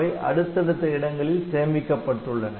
அவை அடுத்தடுத்த இடங்களில் சேமிக்கப் பட்டுள்ளன